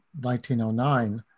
1909